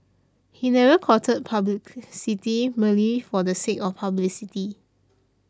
he never courted publicity merely for the sake of publicity